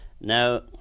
Now